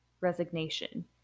resignation